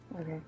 Okay